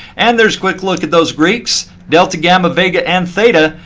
and there's quick look at those greeks, delta, gamma, vega, and theta.